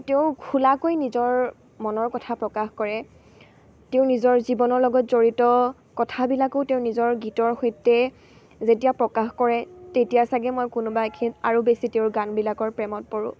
তেওঁ খোলাকৈ নিজৰ মনৰ কথা প্ৰকাশ কৰে তেওঁ নিজৰ জীৱনৰ লগত জড়িত কথাবিলাকো তেওঁ নিজৰ গীতৰ সৈতে যেতিয়া প্ৰকাশ কৰে তেতিয়া চাগে মই কোনোবা এখিনি আৰু বেছি তেওঁৰ গানবিলাকৰ প্ৰেমত পৰোঁ